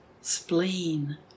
Spleen